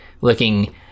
looking